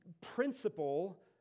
principle